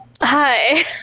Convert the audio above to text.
Hi